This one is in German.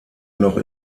noch